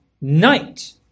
night